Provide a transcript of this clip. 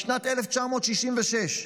משנת 1966,